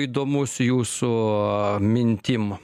įdomus jūsų mintim